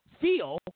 feel